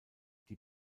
die